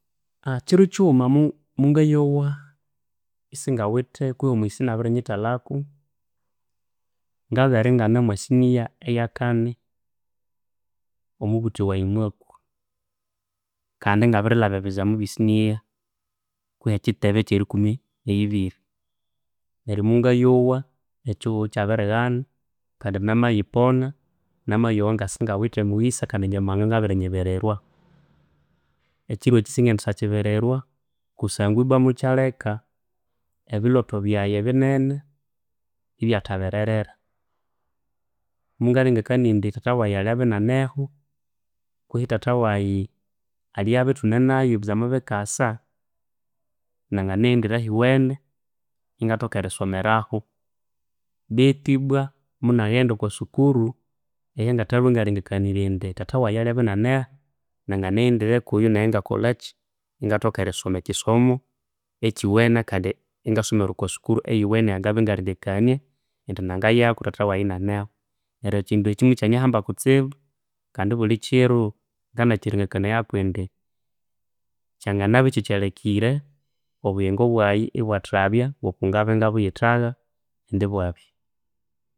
Kiro kighuma mungayowa isingawithe kwehi omuyisa inia birinyithalhako. Ngabere ingane omwa siniya eya kani, omubuthi wayi mwakwa kandi ingabiri lhaba ebizamu ebye siniya kwehi ekitebe ekyerikumi neyibiri neryo mungayowa ekihugho ikya birighana kandi na mayipona ngamayowa ngasingawithe omuyisa kandi nyamuhanga nga biri nyibirirwa. Ekiro ekyi singendi sya kibirirwa kusangwa ibwa mukyaleka ebilhotho byayi binene ibyathabererera. Mungalengekania indi thahtha wayi alyabya inianeho kwihi thatha wayi alyaba ithunenayo ebizamu bikasa, nanganaghendire ahiwene ingathoka erisomeraho beitu ibwa munaghenda okwa sukuru eyangathalwe ingalengekanirya indi thatha wayi alyabya inianeho nanganaghendire kuyo nayi inga kolhaki ingathoka erisoma ekisomo ekyuwene kandi inga somera okwa sukuru eyowene eya ngabya nga lengekania indi nangayako thatha wayi inianeho. Neryo ekindu ekyo mukya nyihamba kutsibu kandi bulikiro ngana kilengekanayako indi kyanganabya ikya kyalekire obuyingo bwayi ibwathabya kungabya ngabuyitagha indi ibwabya.